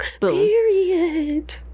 period